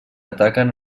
ataquen